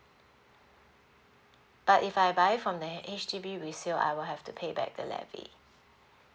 but if I buy from the H_D_B resale I will have to pay back the levy